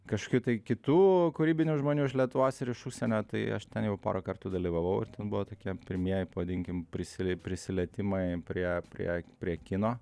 kažkių tai kitų kūrybinių žmonių iš lietuvos ir iš užsienio tai aš ten jau porą kartų dalyvavau ir ten buvo tokie pirmieji pavadinkim prisil prisilietimai prie prie prie kino